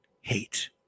hate